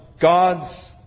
God's